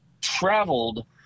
traveled